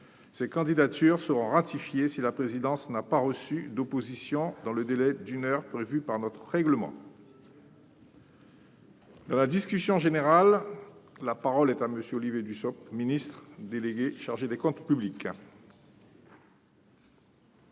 Ces candidatures seront ratifiées si la présidence n'a pas reçu d'opposition dans le délai d'une heure prévu par notre règlement. Dans la discussion générale, la parole est à M. le ministre délégué. Monsieur